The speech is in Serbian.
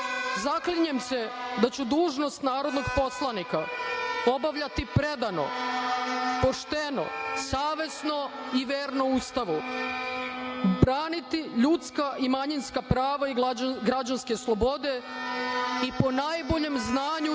zaklinjem se da ću dužnost narodnog poslanika obavljati predano, pošteno, savesno i verno Ustavu. Braniti ljudska i manjinska prava i građanske slobode i po najboljem znanju